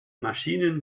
maschinen